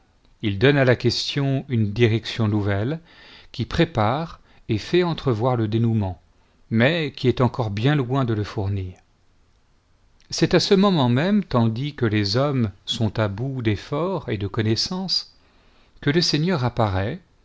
il donne à la question une direction nouvelle qui prépare et fait entrevoir le dénouement mais qui est encore bien loin de le fournir c'est à ce moment même tandis que les hommes sont à bout d'efforts et de connaissances que le seigneur